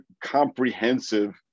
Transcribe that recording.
comprehensive